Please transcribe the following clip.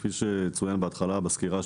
כפי שצוין בהתחלה בסקירה,